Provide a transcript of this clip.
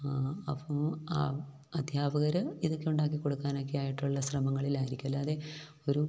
അപ്പോള് അധ്യാപകര് ഇതൊക്കെ ഉണ്ടാക്കിക്കൊടുക്കാനൊക്കെയായിട്ടുള്ള ശ്രമങ്ങളിലായിരിക്കും അല്ലാതെ ഒരു